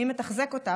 מי מתחזק אותה?